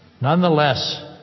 Nonetheless